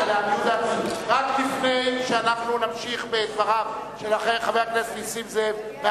רק לפני שנמשיך בדבריו של חבר הכנסת נסים זאב,